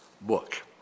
book